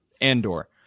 Andor